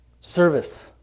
Service